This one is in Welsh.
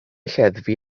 lleddfu